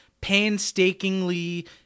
painstakingly